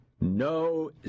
No